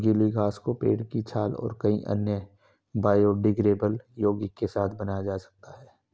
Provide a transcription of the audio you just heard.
गीली घास को पेड़ की छाल और कई अन्य बायोडिग्रेडेबल यौगिक के साथ बनाया जा सकता है